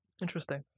Interesting